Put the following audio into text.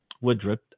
Woodruff